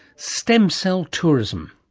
stem cell tourism.